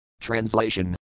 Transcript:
Translation